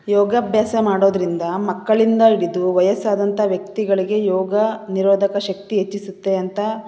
ಯೋಗಭ್ಯಾಸ ಮಾಡೋದರಿಂದ ಮಕ್ಕಳಿಂದ ಹಿಡಿದು ವಯಸ್ಸಾದಂಥ ವ್ಯಕ್ತಿಗಳಿಗೆ ಯೋಗ ನಿರೋಧಕ ಶಕ್ತಿ ಹೆಚ್ಚಿಸುತ್ತೆ ಅಂತ